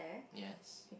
yes